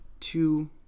two